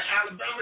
Alabama